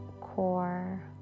core